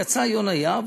יצא יונה יהב,